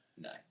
No